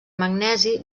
magnesi